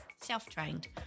self-trained